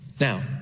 now